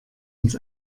ins